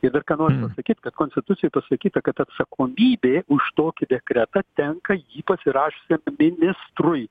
ir dar ką noriu pasakyt kad konstitucijoj pasakyta kad atsakomybė už tokį dekretą tenka jį pasirašiusiam ministrui